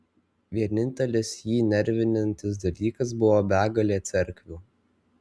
vienintelis jį nervinantis dalykas buvo begalė cerkvių